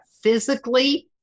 physically